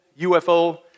UFO